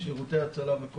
שירותי הצלה?